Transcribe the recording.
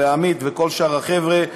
לעמית וכל שאר החבר'ה,